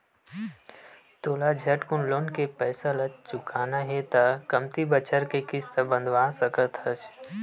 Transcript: तोला झटकुन लोन के पइसा ल चुकाना हे त कमती बछर के किस्त बंधवा सकस हस